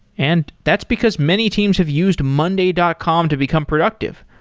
and that's because many teams have used monday dot com to become productive.